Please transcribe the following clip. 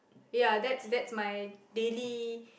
ya that's that's my daily